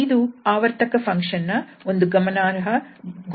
ಇದು ಆವರ್ತಕ ಫಂಕ್ಷನ್ ಗಳ ಒಂದು ಗಮನಾರ್ಹ ಗುಣಲಕ್ಷಣವಾಗಿದೆ